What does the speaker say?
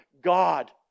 God